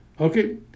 Okay